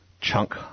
chunk